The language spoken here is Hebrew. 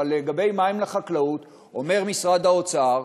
ולגבי מים לחקלאות אומר משרד האוצר: